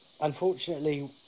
unfortunately